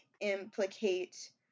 implicate